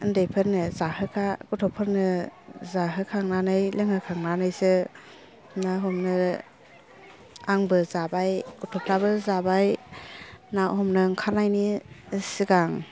उन्दैफोरनो जाहोखा गथ'फोरनो जाहोखांनानै लोंहोखांनानैसो ना हमनो आंबो जाबाय गथ'फ्राबो जाबाय ना हमनो ओंखारनायनि सिगां